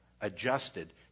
adjusted